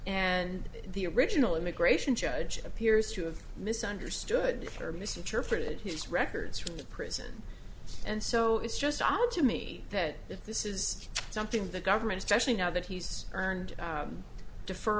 and the original immigration judge appears to have misunderstood her misinterpreted his records from prison and so it's just odd to me that if this is something the government especially now that he's earned